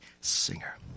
singer